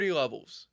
levels